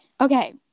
Okay